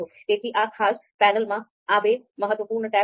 તેથી આ ખાસ પેનલમાં આ બે મહત્વપૂર્ણ ટેબ્સ છે